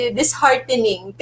disheartening